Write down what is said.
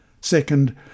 Second